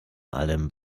allem